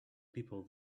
people